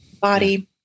body